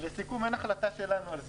לסיכום, אין החלטה שלנו על סגירה.